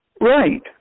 Right